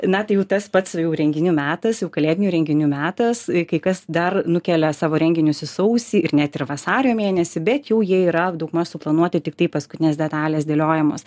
na tai jau tas pats jau renginių metas jau kalėdinių renginių metas kai kas dar nukelia savo renginius į sausį ir net ir vasario mėnesį bet jau jie yra daugmaž suplanuoti tiktai paskutinės detalės dėliojamos